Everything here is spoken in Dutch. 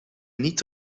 niet